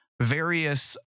various